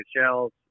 shells